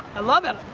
i love it,